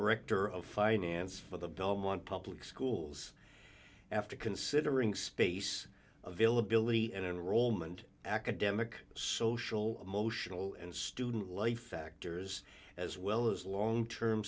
director of finance for the belmont public schools after considering space availability and enrollment academic social emotional and student life factors as well as long term